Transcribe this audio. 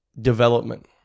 development